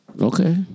Okay